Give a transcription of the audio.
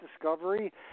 discovery